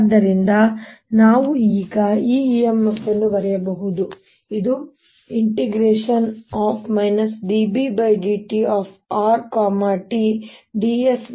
ಆದ್ದರಿಂದ ನಾವು ಈಗ ಈ EMF ಅನ್ನು ಬರೆಯೋಣ ಇದು dBdtr tds